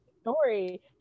story